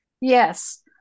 Yes